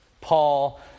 Paul